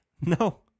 No